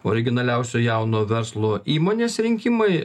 originaliausio jauno verslo įmonės rinkimai